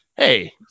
hey